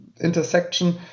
intersection